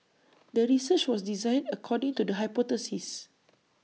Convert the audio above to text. the research was designed according to the hypothesis